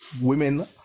women